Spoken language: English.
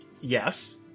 Yes